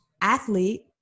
athlete